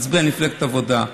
הצביע למפלגת העבודה.